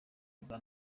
rwa